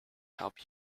help